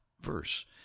verse